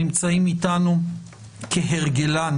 נמצאים איתנו, כהרגלן,